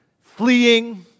Fleeing